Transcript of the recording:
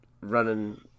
running